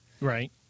Right